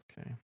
Okay